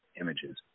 images